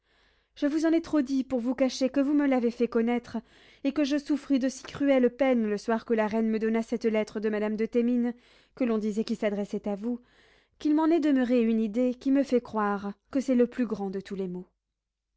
je vous en ai trop dit pour vous cacher que vous me l'avez fait connaître et que je souffris de si cruelles peines le soir que la reine me donna cette lettre de madame de thémines que l'on disait qui s'adressait à vous qu'il m'en est demeuré une idée qui me fait croire que c'est le plus grand de tous les maux